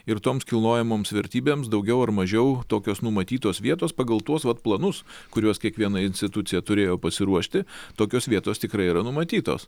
ir toms kilnojamoms vertybėms daugiau ar mažiau tokios numatytos vietos pagal tuos vat planus kuriuos kiekviena institucija turėjo pasiruošti tokios vietos tikrai yra numatytos